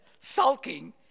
sulking